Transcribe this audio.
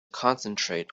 concentrate